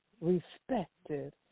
respected